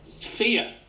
fear